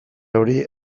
hori